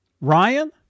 Ryan